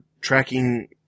tracking